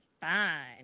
fine